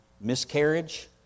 miscarriage